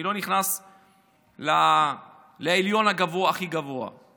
אני לא נכנס לעליון, הכי גבוה.